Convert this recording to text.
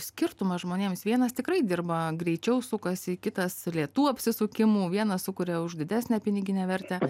skirtumas žmonėms vienas tikrai dirba greičiau sukasi kitas lėtų apsisukimų vienas sukuria už didesnę piniginę vertę